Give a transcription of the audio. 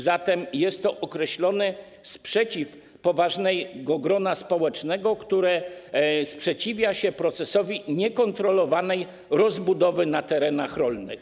Zatem jest to określony sprzeciw poważnego grona społecznego, które sprzeciwia się procesowi niekontrolowanej rozbudowy na terenach rolnych.